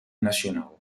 nacional